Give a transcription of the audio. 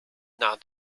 nach